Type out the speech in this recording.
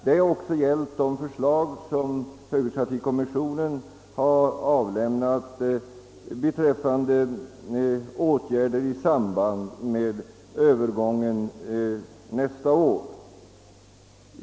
Detta har också gällt de förslag som kommissionen avlämnat beträffande åtgärder i samband med övergången nästa år.